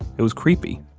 it was creepy.